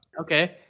Okay